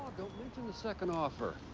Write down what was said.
don't mention the second offer.